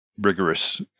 rigorous